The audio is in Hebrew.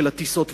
של הטיסות וכו'.